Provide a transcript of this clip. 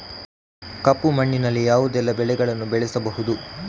ಕಪ್ಪು ಮಣ್ಣಿನಲ್ಲಿ ಯಾವುದೆಲ್ಲ ಬೆಳೆಗಳನ್ನು ಬೆಳೆಸಬಹುದು?